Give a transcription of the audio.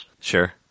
Sure